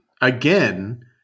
again